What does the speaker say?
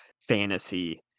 fantasy